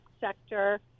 sector